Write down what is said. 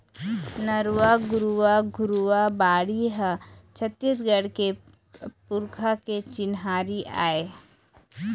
नरूवा, गरूवा, घुरूवा, बाड़ी ह छत्तीसगढ़ के पुरखा के चिन्हारी आय